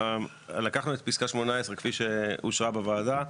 לקחנו את פסקה 18 כפי שאושרה בוועדה.